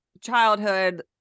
childhood